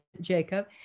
jacob